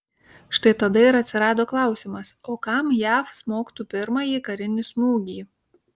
štai tada ir atsirado klausimas o kam jav smogtų pirmąjį karinį smūgį